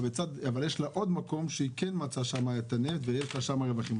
אבל יש לה עוד מקום ששם היא כן מצאה נפט ויש לה שם רווחים,